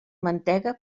mantega